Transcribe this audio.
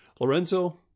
Lorenzo